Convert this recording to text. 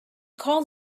called